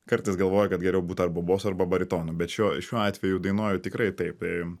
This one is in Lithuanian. kartais galvoju kad geriau būt arba bosu arba baritonu bet šiuo šiuo atveju dainuoju tikrai taip